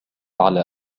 على